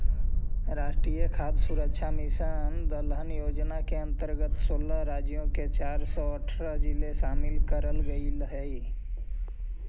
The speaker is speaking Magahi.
राष्ट्रीय खाद्य सुरक्षा मिशन दलहन योजना के अंतर्गत सोलह राज्यों के चार सौ अरसठ जिले शामिल करल गईल हई